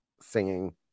singing